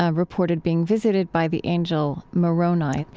ah reported being visited by the angel moroni.